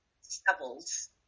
stubbles